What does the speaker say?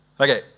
Okay